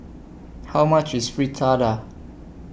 How much IS Fritada